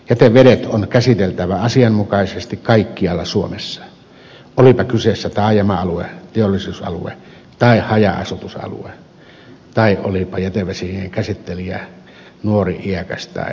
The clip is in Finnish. jätevedet on käsiteltävä asianmukaisesti kaikkialla suomessa olipa kyseessä taajama alue teollisuusalue tai haja asutusalue ja olipa jätevesien käsittelijä nuori iäkäs tai keski ikäinen